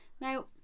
Now